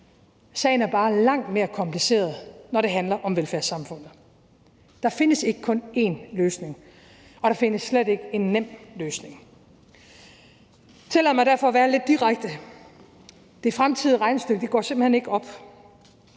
sagen bare langt mere kompliceret, når det handler om velfærdssamfundet. Der findes ikke kun én løsning, og der findes slet ikke en nem løsning. Tillad mig derfor at være lidt direkte: Det fremtidige regnestykke går simpelt hen ikke op.